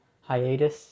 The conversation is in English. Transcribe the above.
hiatus